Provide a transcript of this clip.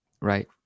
right